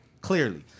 clearly